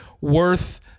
worth